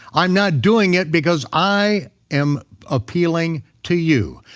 i'm not doing it because i am appealing to you.